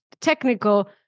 technical